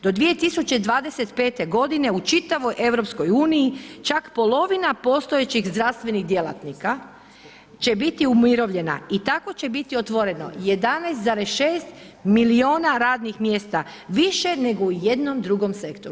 Do 2025. godine u čitavoj EU čak polovina postojećih zdravstvenih djelatnika će biti umirovljena i tako će biti otvoreno 11,6 milijuna radnih mjesta, više nego u jednom drugom sektoru.